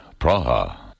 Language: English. Praha